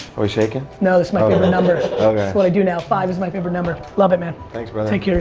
we shaking? no, it's my favorite and number. okay. it's what i do now. five is my favorite number. love it, man. thanks, brother. take care of